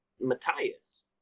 Matthias